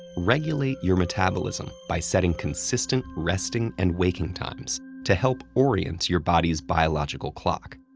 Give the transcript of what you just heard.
regulate your metabolism by setting consistent resting and waking times to help orient your body's biological clock.